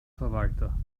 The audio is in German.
verwalter